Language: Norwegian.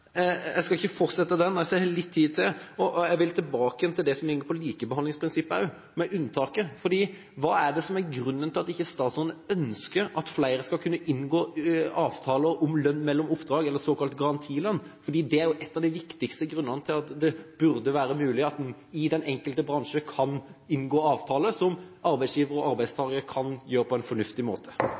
Jeg skal ikke fortsette der – jeg ser jeg har litt tid igjen og vil tilbake til det som gikk på likebehandlingsprinsippet og unntaket. Hva er det som er grunnen til at ikke statsråden ønsker at flere skal kunne inngå avtaler om lønn mellom oppdrag, eller såkalt garantilønn? Det er en av de viktigste grunnene til at det burde være mulig at en i den enkelte bransje kan inngå avtaler mellom arbeidsgiver og arbeidstaker på en fornuftig måte.